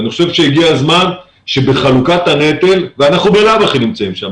אני חושב שהגיע הזמן שתהיה חלוקת הנטל ואנחנו ממילא נמצאים שם,